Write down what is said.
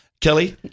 Kelly